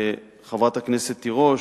לחברת הכנסת תירוש,